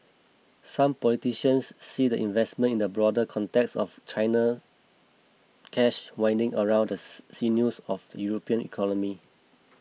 some politicians see the investment in a broader context of China cash winding around the sinews of the European economy